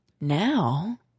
now